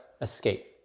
escape